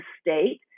state